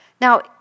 Now